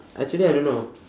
actually I don't know